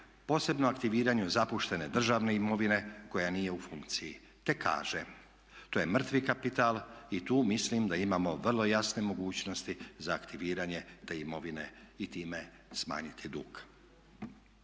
posebno aktiviranju zapuštene državne imovine koja nije u funkciji te kaže: "To je mrtvi kapital i tu mislim da imamo vrlo jasne mogućnosti za aktiviranje te imovine i time smanjiti dug."